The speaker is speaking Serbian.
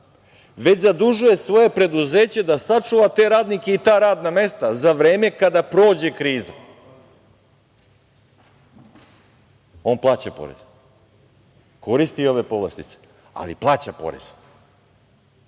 već zadužuje svoje preduzeće da sačuva te radnike i ta radna mesta za vreme kada prođe kriza. On plaća poreze, koristi i ove povlastice, ali plaća poreze. Bavi